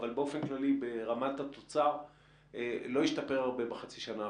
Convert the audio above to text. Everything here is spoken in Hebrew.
אבל באופן כללי ברמת התוצר לא השתפר הרבה בחצי השנה האחרונה.